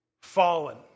fallen